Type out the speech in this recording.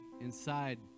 inside